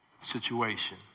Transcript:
situation